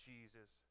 Jesus